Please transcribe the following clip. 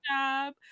job